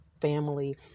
family